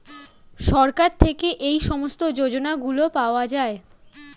সরকার থেকে এই সমস্ত যোজনাগুলো পাওয়া যায়